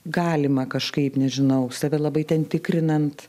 galima kažkaip nežinau save labai ten tikrinant